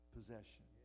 possession